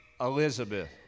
Elizabeth